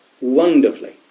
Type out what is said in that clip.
wonderfully